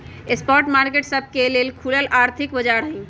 spot market सबके लेल खुलल आर्थिक बाजार हइ